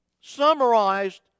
summarized